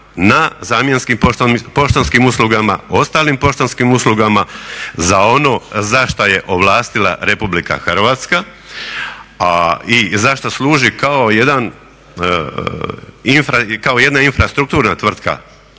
na zamjenskim poštanskim uslugama, ostalim poštanskim uslugama za ono za što je ovlastila RH i zašto služi kao jedan, kao jedna infrastrukturna tvrtka u RH, a